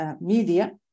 media